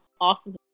awesome